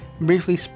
briefly